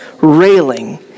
railing